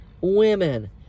women